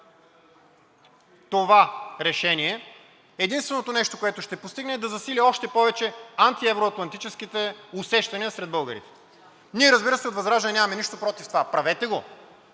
това решение, единственото нещо, което ще постигне, е да засили още повече антиевро-атлантическите усещания сред българите. Ние, разбира се, от ВЪЗРАЖДАНЕ нямаме нищо против това – правете го,